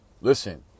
Listen